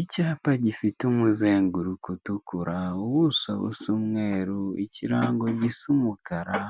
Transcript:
Icyapa gifite umuzenguruko utukura ubuso busa umweru ikirango gisa umukara